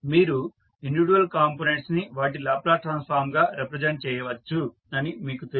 మీరు individual components ని వాటి లాప్లాస్ ట్రాన్సఫార్మ్ గా రిప్రజెంట్ చేయవచ్చు అని మీకు తెలుసు